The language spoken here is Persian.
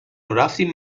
رفتیم